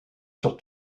sur